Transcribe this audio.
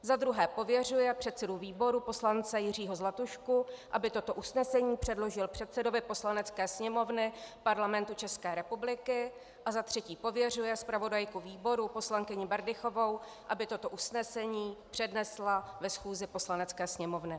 Za druhé pověřuje předsedu výboru poslance Jiřího Zlatušku, aby toto usnesení předložil předsedovi Poslanecké sněmovny Parlamentu České republiky, a za třetí pověřuje zpravodajku výboru poslankyni Berdychovou, aby toto usnesení přednesla na schůzi Poslanecké sněmovny.